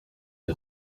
est